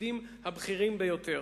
בתפקידים הבכירים ביותר.